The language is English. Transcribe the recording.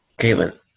Caitlin